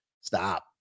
stop